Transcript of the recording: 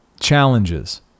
challenges